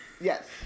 yes